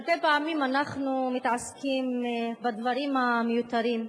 הרבה פעמים אנחנו מתעסקים בדברים המיותרים,